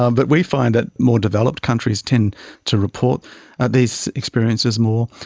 um but we find that more developed countries tend to report these experiences more.